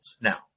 now